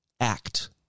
act